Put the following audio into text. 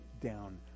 down